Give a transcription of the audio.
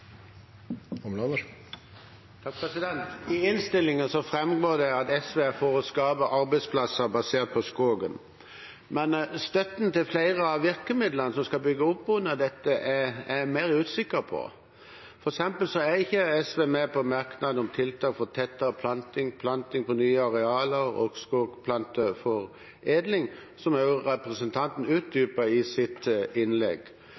å skape arbeidsplasser basert på skogen, men støtten til flere av virkemidlene som skal bygge opp under dette, er jeg mer usikker på. For eksempel er ikke SV med på en merknad om tiltak for tettere planting på nye arealer og skogplanteforedling, som også representanten utdypet i sitt innlegg.